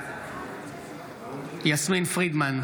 בעד יסמין פרידמן,